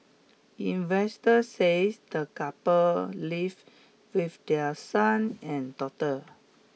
investors says the couple live with their son and daughter